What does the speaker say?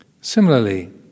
Similarly